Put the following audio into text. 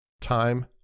time